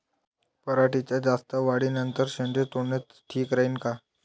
पराटीच्या जास्त वाढी नंतर शेंडे तोडनं ठीक राहीन का?